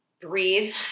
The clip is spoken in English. breathe